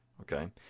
okay